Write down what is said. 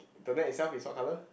the net itself is what colour